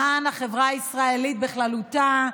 למען החברה הישראלית בכללותה,